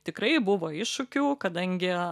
tikrai buvo iššūkių kadangi